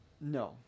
No